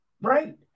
right